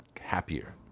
happier